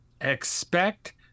expect